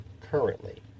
currently